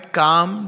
calm